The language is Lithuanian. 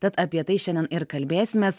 tad apie tai šiandien ir kalbėsimės